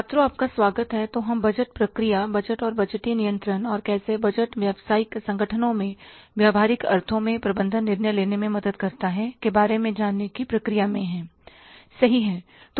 छात्रों आपका स्वागत है तो हम बजट प्रक्रिया बजट और बजटीय नियंत्रण और कैसे बजट व्यावसायिक संगठनों में व्यावहारिक अर्थों में प्रबंधन निर्णय लेने में मदद करता है के बारे में जानने की प्रक्रिया में हैं सही है ना